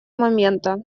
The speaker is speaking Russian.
момента